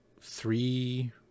three